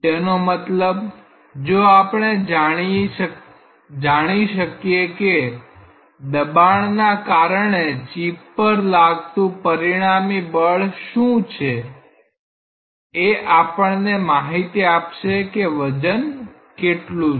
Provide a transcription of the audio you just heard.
તેનો મતલબ જો આપણે જાણી શકે કે દબાણના કારણે ચીપ પર લાગતું પરિણામી બળ શું છે એ આપણને માહિતી આપશે કે વજન કેટલું છે